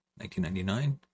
1999